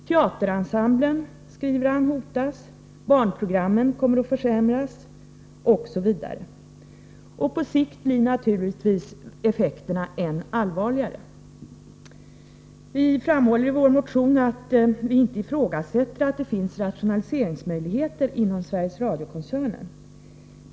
Teaterensemblen, skriver han, hotas, barnprogrammen försämras osv. På sikt blir effekterna naturligtvis än allvarligare. Vi framhåller i vår motion att vi inte ifrågasätter att det finns rationaliseringsmöjligheter inom Sveriges Radio-koncernen.